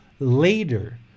Later